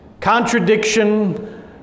contradiction